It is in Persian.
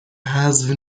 حذف